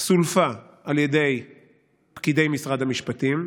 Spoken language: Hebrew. סולפה על ידי פקידי משרד המשפטים,